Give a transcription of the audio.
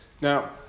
Now